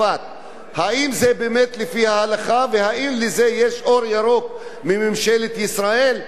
האם זה באמת לפי ההלכה והאם לזה יש אור ירוק מממשלת ישראל?